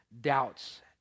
doubts